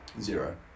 Zero